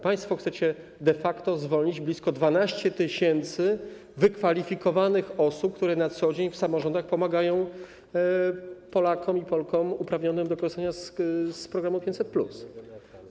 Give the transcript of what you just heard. Państwo chcecie de facto zwolnić blisko 12 tys. wykwalifikowanych pracowników, którzy na co dzień w samorządach pomagają Polakom i Polkom uprawnionym do korzystania z programu 500+.